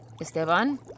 Esteban